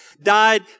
died